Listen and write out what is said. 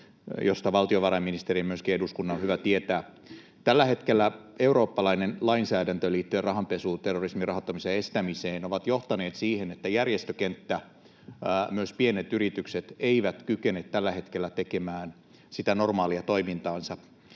josta valtiovarainministerin ja myöskin eduskunnan on hyvä tietää. Tällä hetkellä eurooppalainen lainsäädäntö liittyen rahanpesuun ja terrorismin rahoittamisen estämiseen on johtanut siihen, että järjestökenttä, myöskään pienet yritykset, ei kykene tällä hetkellä tekemään sitä normaalia toimintaansa.